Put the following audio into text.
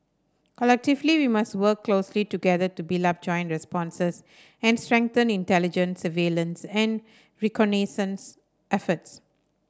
collectively we must work closely together to build up joint responses and strengthen intelligence surveillance and reconnaissance efforts